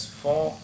four